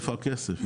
מאיפה הכסף?